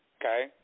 Okay